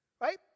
Right